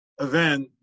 event